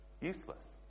Useless